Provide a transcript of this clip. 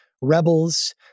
rebels